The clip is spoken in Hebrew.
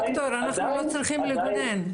דוקטור אנחנו לא צריכים לגונן.